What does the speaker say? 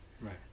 Right